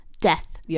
death